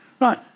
right